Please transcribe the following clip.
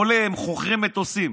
עולים, חוכרים מטוסים.